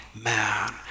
man